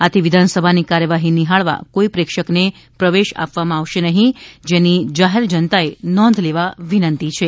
આથી વિધાનસભાની કાર્યવાહી નિહાળવા કોઇ પ્રેક્ષકને પ્રવેશ આપવામાં આવશે નહિં જેની જાહેર જનતાએ નોંધ લેવા વિનંતી છે